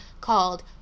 called